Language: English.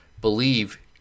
believe